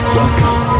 Welcome